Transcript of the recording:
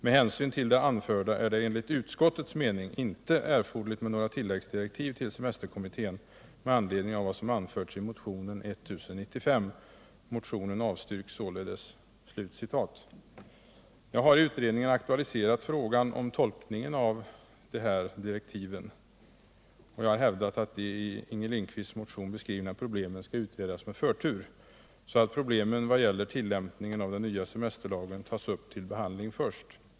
Med hänsyn till det anförda är det enligt utskottets mening inte erforderligt med några tilläggsdirektiv till semesterkommittén med anledning av vad som anförs i motionen 1977/78:1095. Motionen avstyrks således.” Jag har i utredningen aktualiserat frågan om tolkningen av de här direktiven, och jag har hävdat att de i Inger Lindquists motion beskrivna problemen skall utredas med förtur, dvs. att svårigheterna när det gäller tillämpningen av den nya semesterlagen bör tas upp till behandling först.